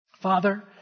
Father